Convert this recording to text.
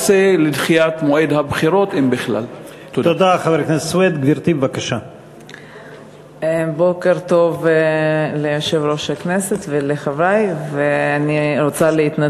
2. מה ייעשה לדחיית מועד הבחירות, אם בכלל?